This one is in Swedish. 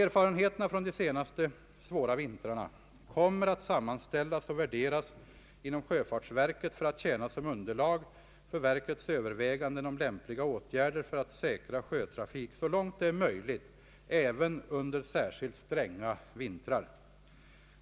Erfarenheterna från de senaste svåra vintrarna kommer att sammanställas och värderas inom sjöfartsverket för att tjäna som underlag för verkets överväganden om lämpliga åtgärder för att säkra sjötrafik så långt det är möjligt även under särskilt stränga vintrar.